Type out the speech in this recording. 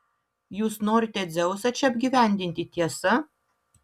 jūs norite dzeusą čia apgyvendinti tiesa